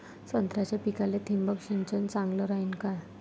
संत्र्याच्या पिकाले थिंबक सिंचन चांगलं रायीन का?